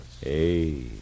Hey